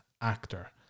actor